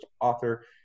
author